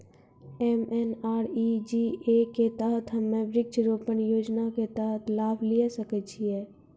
MNREGA के तहत हम्मय वृक्ष रोपण योजना के तहत लाभ लिये सकय छियै?